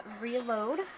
reload